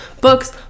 Books